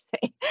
say